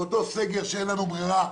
באותו סגר שאין לנו ברירה,